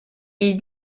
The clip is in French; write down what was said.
est